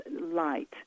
light